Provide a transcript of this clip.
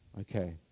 Okay